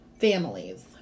families